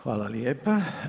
Hvala lijepa.